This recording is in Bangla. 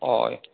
ও